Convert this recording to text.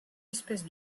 espèce